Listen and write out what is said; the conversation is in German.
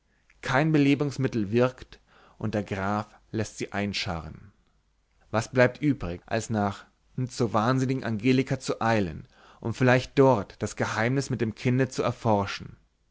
kein belebungsmittel wirkt und der graf läßt sie einscharren was bleibt übrig als nach n zur wahnsinnigen angelika zu eilen und vielleicht dort das geheimnis mit dem kinde zu erforschen